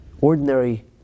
ordinary